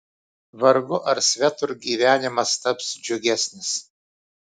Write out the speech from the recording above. vargu ar svetur gyvenimas taps džiugesnis